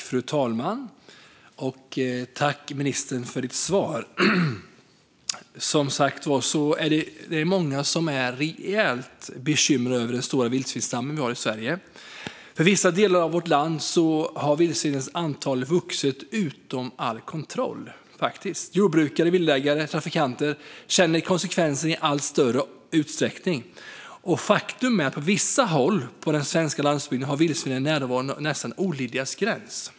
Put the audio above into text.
Fru talman! Tack för svaret, ministern! Det är många som är rejält bekymrade över den stora vildsvinsstammen i Sverige. I vissa delar av vårt land har vildsvinens antal vuxit utom all kontroll. Jordbrukare, villaägare och trafikanter känner konsekvensen i allt större utsträckning. Faktum är att vildsvinens närvaro på vissa håll på den svenska landsbygden nästan har nått det olidligas gräns.